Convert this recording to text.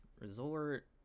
resort